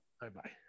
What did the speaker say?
Bye-bye